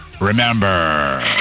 remember